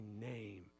name